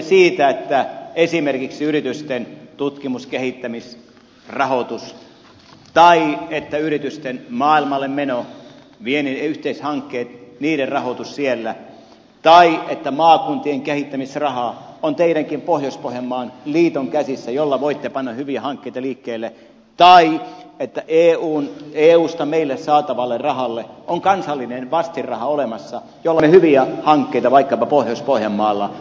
me huolehdimme esimerkiksi yritysten tutkimus kehittämisrahoituksesta yritysten maailmalle menosta viennin yhteishankkeista niiden rahoituksesta siellä tai siitä että maakuntien kehittämisrahaa on teidänkin pohjois pohjanmaan liittonne käsissä jolla voitte panna hyviä hankkeita liikkeelle tai siitä että eusta meille saatavalle rahalle on kansallinen vastinraha olemassa jolla me hyviä hankkeita vaikkapa pohjois pohjanmaalla rahoitamme